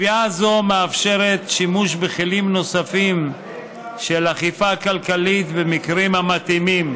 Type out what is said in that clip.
קביעה זו מאפשרת שימוש בכלים נוספים של אכיפה כלכלית במקרים המתאימים,